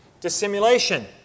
dissimulation